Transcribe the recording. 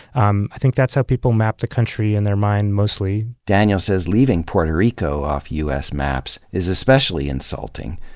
um i think that's how people map the country in their mind, mostly, daniel says leaving puerto rico off u s. maps is especially insulting,